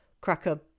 cracker